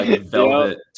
velvet